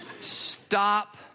Stop